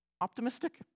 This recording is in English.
optimistic